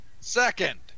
Second